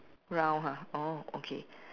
round ha oh okay